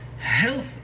health